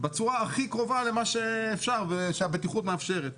בצורה הכי קרובה למה שאפשר ושהבטיחות מאפשרת.